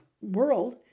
world